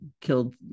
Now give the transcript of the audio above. killed